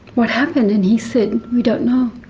what happened? and he said, we don't know.